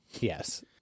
yes